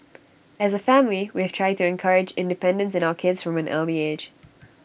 as A family we have tried to encourage independence in our kids from an early age